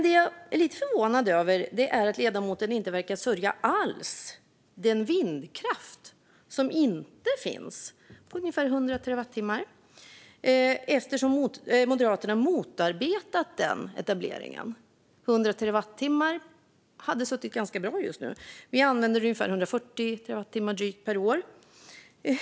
Det jag är lite förvånad över är att ledamoten inte alls verkar sörja den vindkraft som inte finns, ungefär 100 terawattimmar, eftersom Moderaterna motarbetat den etableringen. Det hade just nu suttit ganska bra med 100 terawattimmar. Vi använder drygt 140 terawattimmar per år.